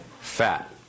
fat